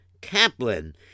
Kaplan